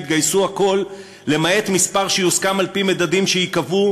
יתגייסו הכול למעט מספר שיוסכם על-פי מדדים שייקבעו,